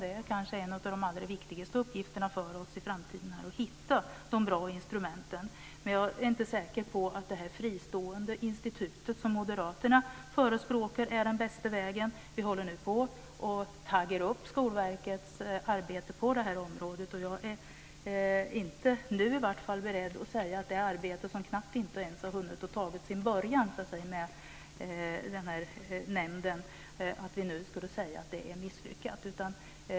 Det är kanske en av de allra viktigaste uppgifterna för oss i framtiden att hitta bra instrument. Jag är inte säker på att det fristående institut som moderaterna förespråkar är den bästa vägen. Vi håller nu på att "tagga upp" Skolverkets arbete på detta område. Jag är i varje fall inte nu beredd att säga att det arbete som knappt har hunnit att ta sin början med nämnden är misslyckat.